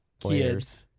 players